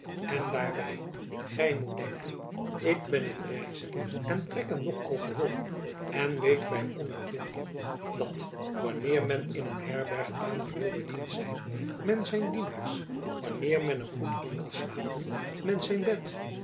en daarby gy moet denken ik ben het reizen en trekken nog al gewoon en weet by ondervinding dat wanneer men in een herberg tamelijk wil bediend zijn men zijn dienaars wanneer men er goed in wil slapen men zijn bed